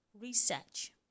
research